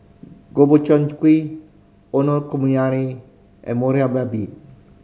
Gobchang Gui Okonomiyaki and Monsunabe